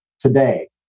today